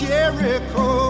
Jericho